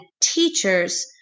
teachers